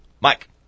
Mike